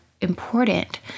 important